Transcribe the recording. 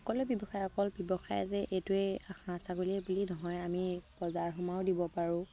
সকলো ব্যৱসায় অকল ব্যৱসায় যে এইটোৱে হাঁহ ছাগলীয়ে বুলি নহয় আমি বজাৰ দিব পাৰোঁ